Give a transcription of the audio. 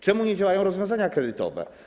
Czemu nie działają rozwiązania kredytowe?